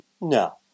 no